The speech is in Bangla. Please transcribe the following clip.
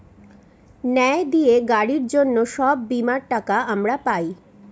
ন্যায় দিয়ে গাড়ির জন্য সব বীমার টাকা আমরা পাই